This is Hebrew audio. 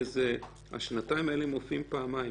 השנתיים האלה מופיעות פעמיים